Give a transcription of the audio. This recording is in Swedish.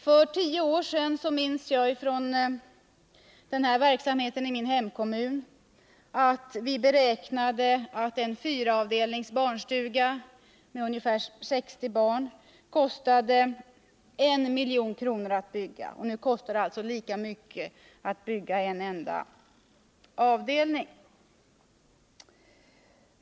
Från verksamheten i min hemkommun minns jag att vi för tio år sedan beräknade att en barnstuga med fyra avdelningar, avsedd för ungefär 60 barn, kostade 1 milj.kr. att bygga. Nu kostar det lika mycket att bygga en enda avdelning.